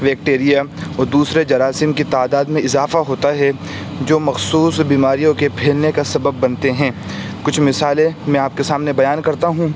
بیکٹیریاں اور دوسرے جراثیم کی تعداد میں اضافہ ہوتا ہے جو مخصوص بیماریوں کے پھیلنے کا سبب بنتے ہیں کچھ مثالیں میں آپ کے سامنے بیان کرتا ہوں